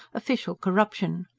official corruption.